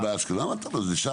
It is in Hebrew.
לא, זה באשקלון.